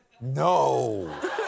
No